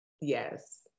yes